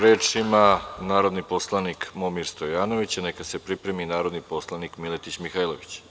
Reč ima narodni poslanik Momir Stojanović, a neka se pripremi narodni poslanik Miletić Mihajlović.